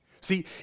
See